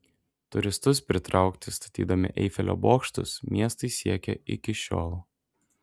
turistus pritraukti statydami eifelio bokštus miestai siekia iki šiol